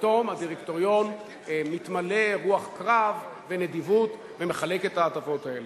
פתאום הדירקטוריון מתמלא רוח קרב ונדיבות ומחלק את ההטבות האלה.